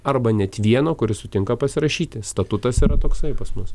arba net vieno kuris sutinka pasirašyti statutas yra toksai pas mus